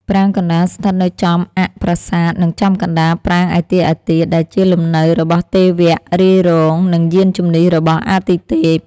ប្រាង្គកណ្តាលស្ថិតនៅចំអ័ក្សប្រាសាទ និងចំកណ្តាលប្រាង្គឯទៀតៗ ដែលជាលំនៅរបស់ទេវៈរាយរង និងយានជំនិះរបស់អាទិទេព។